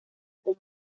con